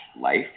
life